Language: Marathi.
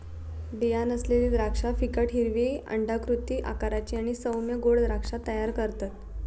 बीया नसलेली द्राक्षा फिकट हिरवी अंडाकृती आकाराची आणि सौम्य गोड द्राक्षा तयार करतत